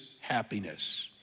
happiness